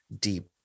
deep